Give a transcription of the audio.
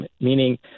meaning